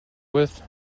with